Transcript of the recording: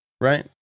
right